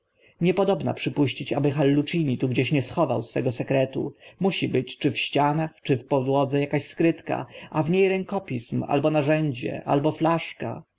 niepodobna przypuścić aby hallucini tu gdzieś nie schował swo ego sekretu musi być czy w ścianach czy w podłodze akaś skrytka a w nie rękopism albo narzędzie albo flaszka